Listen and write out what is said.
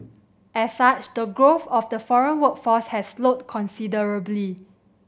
as such the growth of the foreign workforce has slowed considerably